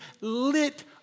lit